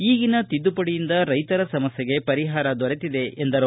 ಈಗಿನ ತಿದ್ದುಪಡಿಯಿಂದ ರೈತರ ಸಮಸ್ಯೆಗೆ ಪರಿಹಾರ ದೊರೆತಿದೆ ಎಂದರು